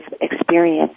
experience